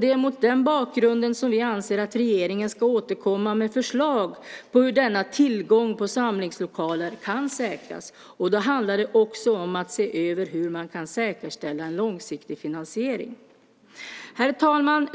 Det är mot den bakgrunden som vi anser att regeringen ska återkomma med förslag på hur denna tillgång till samlingslokaler kan säkras. Då handlar det också om att se över hur man kan säkerställa en långsiktig finansiering. Herr talman!